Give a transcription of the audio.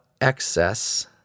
excess